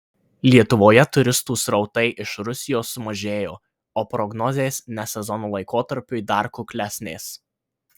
lietuvoje turistų srautai iš rusijos sumažėjo o prognozės ne sezono laikotarpiui dar kuklesnės